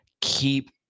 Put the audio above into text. keep